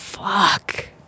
Fuck